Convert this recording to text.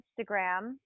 Instagram